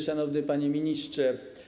Szanowny Panie Ministrze!